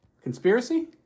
conspiracy